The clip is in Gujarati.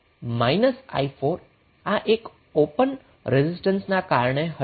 તેથી i4 આ એક ઓપન રેઝિસ્ટન્સ ના કારણે હશે